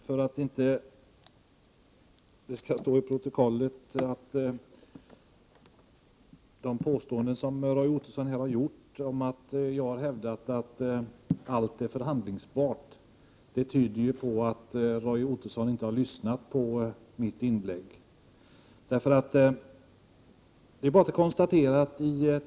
Fru talman! De påståenden som Roy Ottosson här har gjort om att jag har hävdat att allt är förhandlingsbart tyder på att han inte har lyssnat till mitt inlägg, och jag vill därför göra ett klarläggande för protokollet.